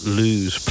lose